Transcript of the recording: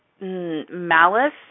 malice